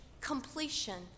completion